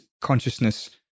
consciousness